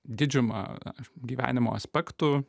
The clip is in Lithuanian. didžiumą gyvenimo aspektų